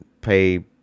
pay